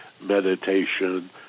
meditation